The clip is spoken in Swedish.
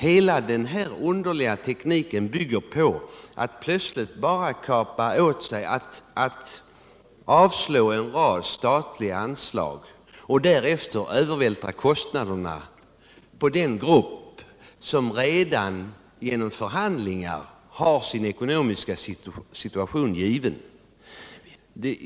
Men den teknik som här tillämpas bygger på att plötsligt bara ta bort en rad statliga anslag och därefter övervältra kostnaderna på den grupp som redan genom förhandlingar har sin ekonomiska situation given.